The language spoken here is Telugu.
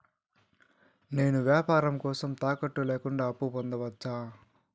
నేను వ్యాపారం కోసం తాకట్టు లేకుండా అప్పు పొందొచ్చా?